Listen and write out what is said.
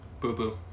Boo-boo